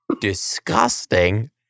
disgusting